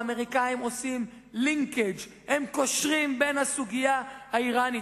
האמריקנים עושים לינקג': הם קושרים בין הסוגיה האירנית,